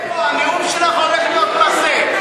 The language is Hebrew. הנאום שלך הולך להיות פאסה.